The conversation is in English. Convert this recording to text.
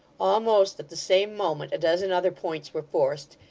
almost at the same moment, a dozen other points were forced,